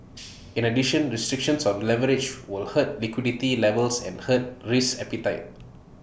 in addition restrictions on leverage will hurt liquidity levels and hurt risk appetite